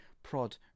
prod